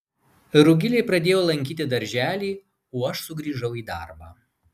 rugilė pradėjo lankyti darželį o aš sugrįžau į darbą